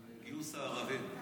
על גיוס הערבים?